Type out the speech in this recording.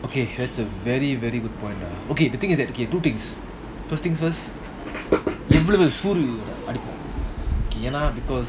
okay that's a very very good point ah okay the thing is that okay two things first things first எவ்ளோதிமிருஎனா:evlo thimiru yena because